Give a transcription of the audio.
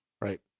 Right